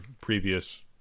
previous